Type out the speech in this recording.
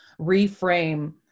reframe